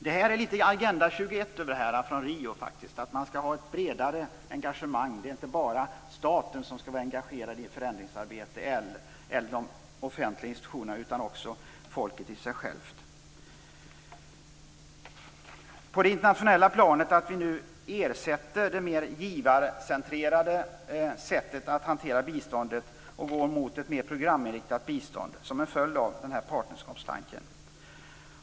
Det är litet av Agenda 21 från Rio över det här faktiskt. Man skall ha ett bredare engagemang. Det är inte bara staten och de offentliga institutionerna som skall vara engagerade i ett förändringsarbete utan också folket i sig. På det internationella planet gäller det att vi nu ersätter det givarcentrerade sättet att hantera biståndet och går mot ett mer programinriktat bistånd. Det är en följd av den här partnerskapstanken.